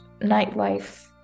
nightlife